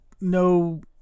no